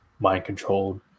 mind-controlled